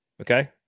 Okay